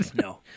No